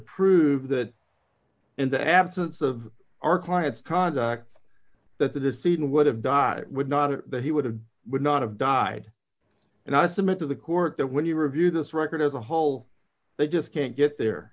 prove that in the absence of our client's conduct that the decision would have died would not or that he would have would not have died and i submit to the court that when you review this record as a whole they just can't get there